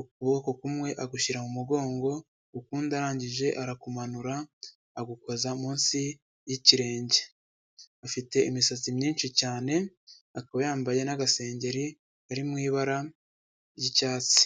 ukuboko kumwe agushyira mu mugongo ukundi arangije arakumanura agukoza munsi y'ikirenge afite imisatsi myinshi cyane akaba yambaye n'agasengeri kari mu ibara ry'icyatsi.